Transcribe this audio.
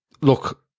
look